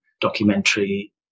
documentary